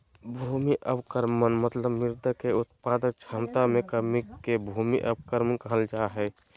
भूमि अवक्रमण मतलब मृदा के उत्पादक क्षमता मे कमी के भूमि अवक्रमण कहल जा हई